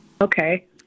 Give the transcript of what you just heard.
Okay